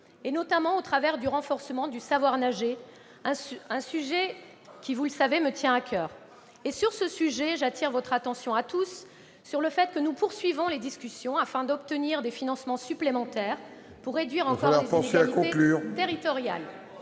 notamment à travers le renforcement du savoir nager, un sujet qui, vous le savez, me tient à coeur. À ce propos, mesdames, messieurs les sénateurs, j'attire votre attention sur le fait que nous poursuivons les discussions afin d'obtenir des financements supplémentaires pour réduire encore les inégalités territoriales.